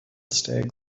stag